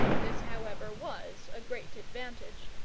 this, however, was a great advantage,